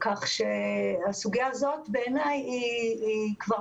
כך שהסוגיה הזאת בעיניי כבר